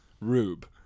rube